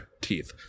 teeth